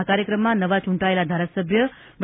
આ કાર્યક્રમમાં નવા ચૂંટાયેલા ધારાસભ્ય ડૉ